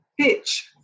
pitch